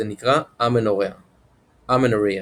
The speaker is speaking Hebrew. זה נקרא א-מנוריאה amenorrhea.